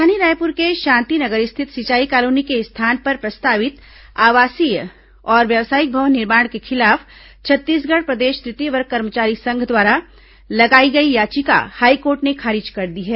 राजधानी रायपुर के शांति नगर स्थित सिंचाई कॉलोनी के स्थान पर प्रस्तावित आवासीय और व्यावसायिक भवन निर्माण के खिलाफ छत्तीसगढ़ प्रदेश तृतीय वर्ग कर्मचारी संघ द्वारा लगाई गई याचिका हाईकोर्ट ने खारिज कर दी है